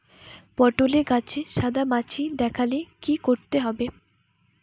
পটলে গাছে সাদা মাছি দেখালে কি করতে হবে?